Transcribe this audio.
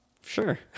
sure